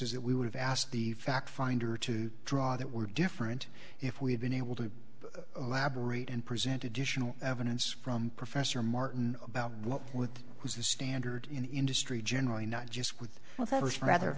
s that we would have asked the fact finder to draw that were different if we had been able to lab rate and present additional evidence from professor martin about what was the standard in the industry generally not just with well